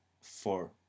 four